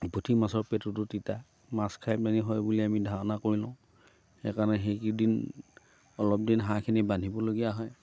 পুঠি মাছৰ পেটুটো তিতা মাছ খাই পেনি হয় বুলি আমি ধাৰণা কৰি লওঁ সেইকাৰণে সেইকেইদিন অলপ দিন হাঁহখিনি বান্ধিবলগীয়া হয়